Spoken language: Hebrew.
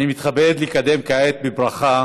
אני מתכבד לקדם כעת בברכה